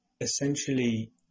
Essentially